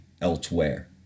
elsewhere